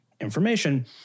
information